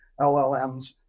LLMs